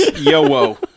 Yo-wo